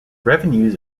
revenues